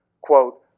quote